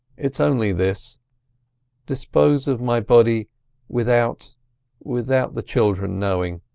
it's only this dispose of my body without without the children knowing.